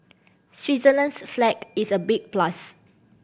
Switzerland's flag is a big plus